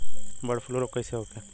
Bird flu रोग कईसे होखे?